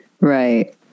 right